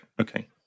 okay